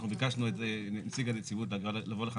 אנחנו ביקשנו את זה מנציג הנציבות לבוא לכאן